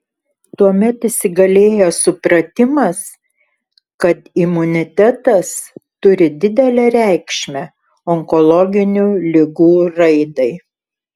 tuomet įsigalėjo supratimas kad imunitetas turi didelę reikšmę onkologinių ligų raidai